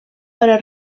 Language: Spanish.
para